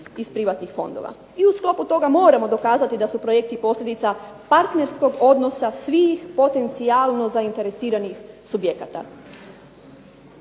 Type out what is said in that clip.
iz privatnih fondova. I u sklopu toga moramo pokazati da su projekti posljedica partnerskog odnosa svih potencijalno zainteresiranih subjekata.